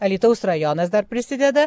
alytaus rajonas dar prisideda